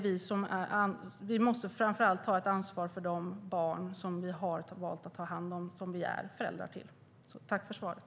Vi måste framför allt ta ansvar för de barn som vi har valt att ta hand om och som vi är föräldrar till. Tack för svaret!